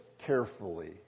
carefully